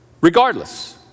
regardless